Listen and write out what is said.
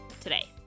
today